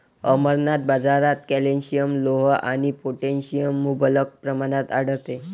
अमरनाथ, बाजारात कॅल्शियम, लोह आणि पोटॅशियम मुबलक प्रमाणात आढळते